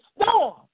storm